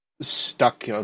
stuck